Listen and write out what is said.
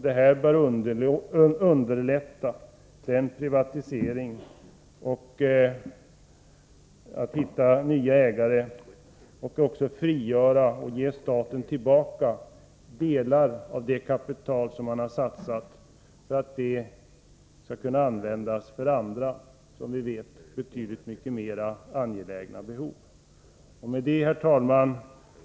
Detta bör underlätta en privatisering och göra det möjligt att finna nya ägare och därigenom frigöra och ge staten tillbaka delar av det kapital man satsat, så att det kan användas för andra, betydligt mera angelägna behov. Herr talman!